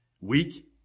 weak